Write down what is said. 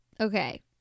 Okay